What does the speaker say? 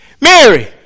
Mary